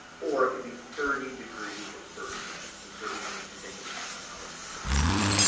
or it could be thirty degrees and thirty minutes, because thirty minutes, the same as half an hour or point five.